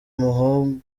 umuhungu